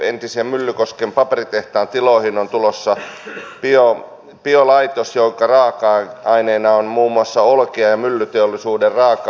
entisen myllykosken paperitehtaan tiloihin on tulossa biolaitos jonka raaka aineena on muun muassa olkea ja myllyteollisuuden raaka aineita